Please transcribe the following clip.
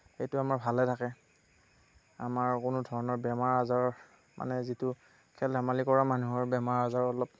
সেইটো আমাৰ ভালে থাকে আমাৰ কোনোধৰনৰ বেমাৰ আজাৰৰ মানে যিটো খেল ধেমালি কৰা মানুহৰ বেমাৰ আজাৰ অলপ